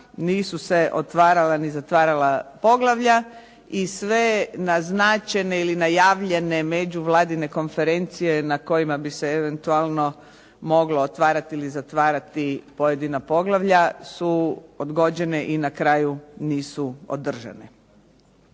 nisu se otvarala ni zatvarala poglavlja i sve naznačene ili najavljene međuvladine konferencije na kojima bi se eventualno moglo otvarati ili zatvarati pojedina poglavlja su odgođene i na kraju nisu održane.